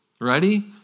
Ready